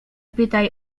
pytaj